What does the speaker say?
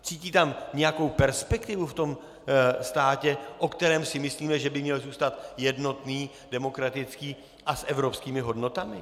Cítí tam nějakou perspektivu, v tomto státě, o kterém si myslím, že by měl zůstat jednotný, demokratický a s evropskými hodnotami?